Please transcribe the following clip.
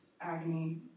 agony